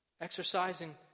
exercising